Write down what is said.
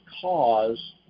cause